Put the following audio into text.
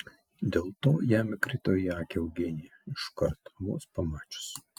dėl to jam įkrito į akį eugenija iš karto vos pamačius